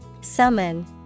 summon